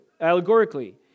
allegorically